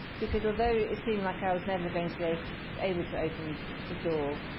because although it seemed like i was never going to be able to open the door,